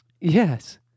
Yes